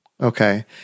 Okay